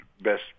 best